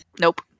Nope